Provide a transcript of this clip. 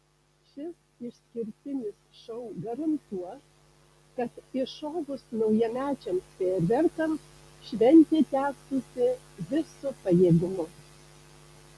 šis išskirtinis šou garantuos kad iššovus naujamečiams fejerverkams šventė tęstųsi visu pajėgumu